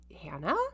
Hannah